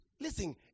listen